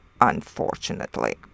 unfortunately